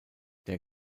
der